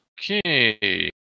Okay